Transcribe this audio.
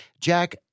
Jack